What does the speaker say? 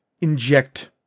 inject